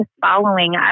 following